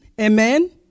Amen